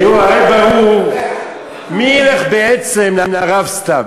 תראו, הרי ברור מי ילך בעצם לרב סתיו.